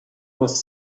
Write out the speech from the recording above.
was